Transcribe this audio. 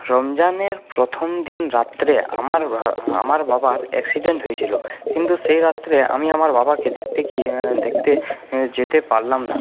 রমজানের প্রথম দিন রাত্রে আমার আমার বাবার অ্যাক্সিডেন্ট হয়েছিল কিন্তু সেই রাত্রে আমি আমার বাবাকে দেখতে গিয়ে দেখতে যেতে পারলাম না